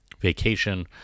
vacation